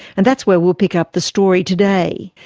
and that's where we'll pick up the story today.